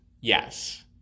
yes